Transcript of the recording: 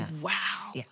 Wow